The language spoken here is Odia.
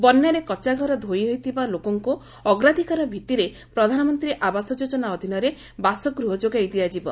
ବନ୍ୟାରେ କଚ୍ଚା ଘର ଧୋଇଯାଇଥିବା ଲୋକଙ୍କୁ ଅଗ୍ରାଧିକାର ଭିତ୍ତିରେ ପ୍ରଧାନମନ୍ତ୍ରୀ ଆବାସ ଯୋଚ୍ଚନା ଅଧୀନରେ ବାସଗୃହ ଯୋଗାଇ ଦିଆଯିବ